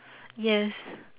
yes